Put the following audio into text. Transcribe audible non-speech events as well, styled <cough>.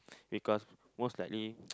because most likely <noise>